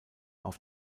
auf